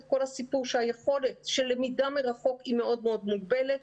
כל הסיפור של היכולת של למידה מרחוק היא מאוד מוגבלת.